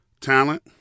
talent